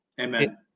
Amen